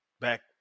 Back